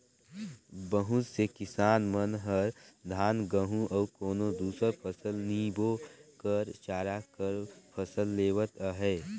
बहुत से किसान मन हर धान, गहूँ अउ कोनो दुसर फसल नी बो कर चारा कर फसल लेवत अहे